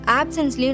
absence